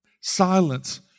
silence